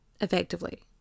effectively